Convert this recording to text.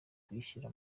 kuyishyira